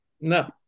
No